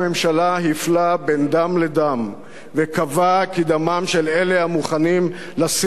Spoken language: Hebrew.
דם לדם וקבע כי דמם של אלה המוכנים לשים נפשם מנגד,